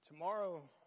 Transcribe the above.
Tomorrow